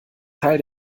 teil